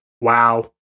wow